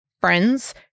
friends